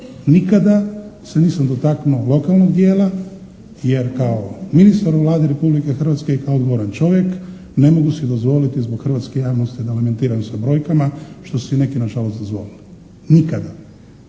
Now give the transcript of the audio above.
Nikada se nisam dotaknuo lokalnog dijela jer kao ministar u Vladi Republike Hrvatske i kao odgovoran čovjek ne mogu si dozvoliti zbog hrvatske javnosti da lamentiram sa brojkama što su si neki nažalost dozvolili, nikada.